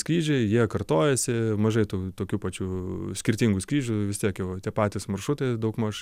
skrydžiai jie kartojasi mažai tų tokių pačių skirtingų skyrių vis tiek jau tie patys maršrutai daugmaž